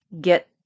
get